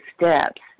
steps